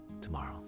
tomorrow